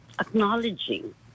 acknowledging